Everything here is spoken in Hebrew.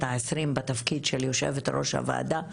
ה-20 בתפקיד של יושבת-ראש הוועדה,